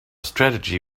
strategy